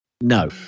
No